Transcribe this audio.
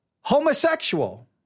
homosexual